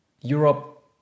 Europe